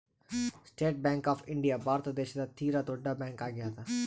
state Bank of India Bharat ದೇಶದ ತೀರ ದೊಡ್ಡ ಬ್ಯಾಂಕ್ ಆಗ್ಯಾದ